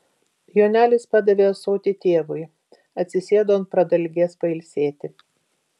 jonelis padavė ąsotį tėvui atsisėdo ant pradalgės pailsėti